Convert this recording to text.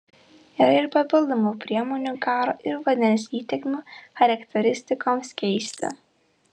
yra ir papildomų priemonių garo ir vandens įtekmių charakteristikoms keisti